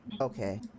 Okay